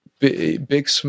Big